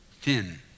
thin